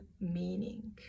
meaning